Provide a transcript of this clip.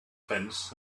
fence